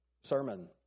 sermon